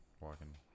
walking